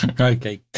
Okay